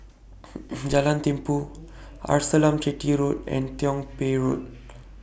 Jalan Tumpu Arnasalam Chetty Road and Tiong Poh Road